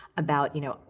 about, you know,